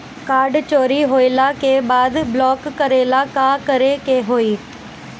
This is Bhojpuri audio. कार्ड चोरी होइला के बाद ब्लॉक करेला का करे के होई?